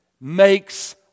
makes